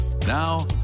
Now